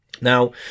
Now